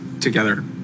together